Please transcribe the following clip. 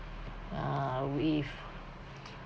uh with